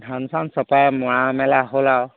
ধান চান চপাই মৰা মেলা হ'ল আৰু